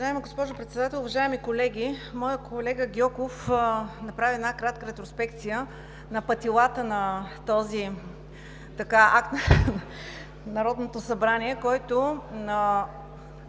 Уважаема госпожо Председател, уважаеми колеги! Колегата Гьоков направи кратка ретроспекция на патилата на този акт на Народното събрание, на който,